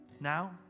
now